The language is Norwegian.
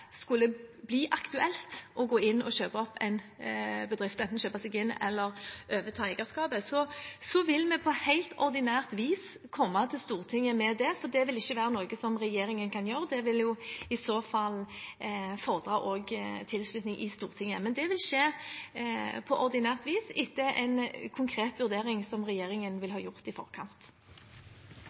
overta eierskapet – vil vi på helt ordinært vis komme til Stortinget med det, for det vil ikke være noe regjeringen kan gjøre. Det vil i så fall fordre tilslutning i Stortinget. Men det vil skje på ordinært vis etter en konkret vurdering som regjeringen vil ha gjort i forkant.